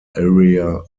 area